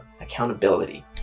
accountability